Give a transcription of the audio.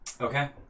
Okay